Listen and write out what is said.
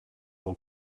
del